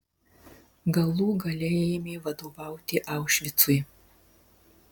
galų gale ėmė vadovauti aušvicui